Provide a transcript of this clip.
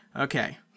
Okay